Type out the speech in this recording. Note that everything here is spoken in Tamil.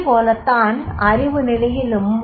அதேபோலத் தான் அறிவு நிலையிலும்